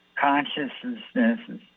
consciousnesses